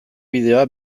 bideoa